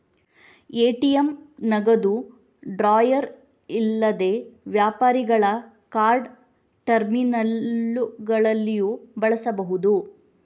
ATM ನಗದು drawer ಇಲ್ಲದೆ ವ್ಯಾಪಾರಿಗಳ ಕಾರ್ಡ್ ಟರ್ಮಿನಲ್ಲುಗಳಲ್ಲಿಯೂ ಬಳಸಬಹುದು